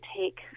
take